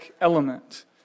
element